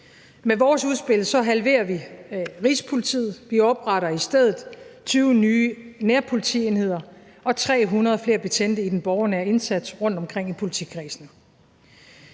Med vores udspil halverer vi Rigspolitiet, og vi opretter i stedet 20 nye nærpolitienheder og skal have 300 flere betjente i den borgernære indsats rundtomkring i politikredsene.